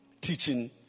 Teaching